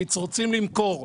אושוויץ רוצים למכור.